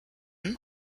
and